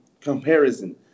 comparison